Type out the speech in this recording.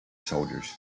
soldiers